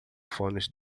fones